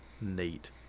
Neat